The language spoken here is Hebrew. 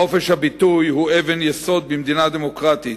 חופש הביטוי הוא אבן היסוד במדינה דמוקרטית.